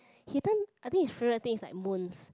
he I think his favourite thing is like moons